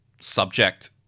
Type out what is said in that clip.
subject